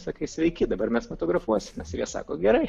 sakai sveiki dabar mes fotografuosimės ir jie sako gerai